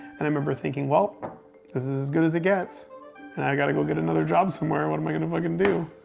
and i remember thinking, well, this is as good as it gets. and now i gotta go get another job somewhere. what am i gonna fuckin' do?